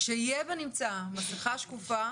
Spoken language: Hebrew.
שיהיה בנמצא מסיכה שקופה